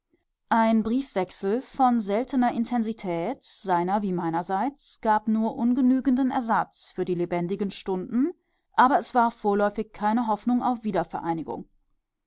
ein briefwechsel von seltener intensität seiner wie meinerseits gab nur ungenügenden ersatz für die lebendigen stunden aber es war vorläufig keine hoffnung auf wiedervereinigung